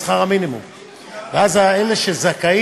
עלה שכר